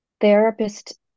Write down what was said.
therapist